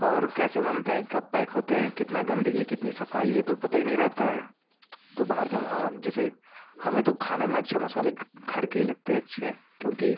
और कैसे बनते हैं कब पैक होते हैं कितना गंदगी कितनी सफाई है ये तो पता ही नहीं रहता है तो बाहर का जैसे हमें तो खाने में अच्छे मसाले घर के ही लगते अच्छे क्योंकि